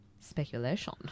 Speculation